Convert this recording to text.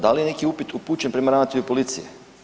Da li je neki upit upućen prema ravnatelju policije?